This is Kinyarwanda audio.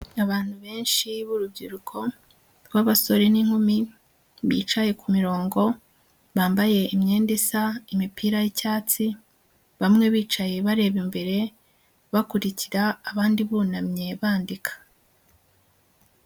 Abantu benshi b'urubyiruko, rw'abasore n'inkumi, bicaye ku mirongo, bambaye imyenda isa imipira y'icyatsi, bamwe bicaye bareba imbere, bakurikira abandi bunamye bandika.